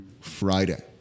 Friday